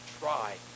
try